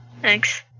Thanks